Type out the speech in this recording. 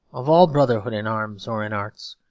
of all brotherhood in arms or in arts,